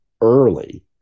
early